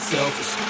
Selfish